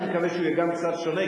אני מקווה שהוא יהיה גם קצת שונה,